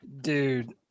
dude